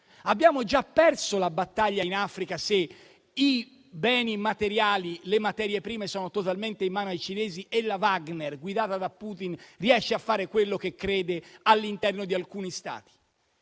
abbiamo già perso la battaglia in Africa, se i beni materiali e le materie prime sono totalmente in mano ai cinesi e la Wagner, guidata da Putin, riesce a fare quello che crede all'interno di alcuni Stati.